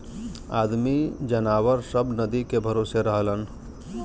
आदमी जनावर सब नदी के भरोसे रहलन